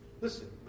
Listen